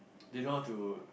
they know how to